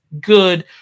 good